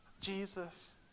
Jesus